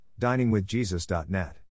diningwithjesus.net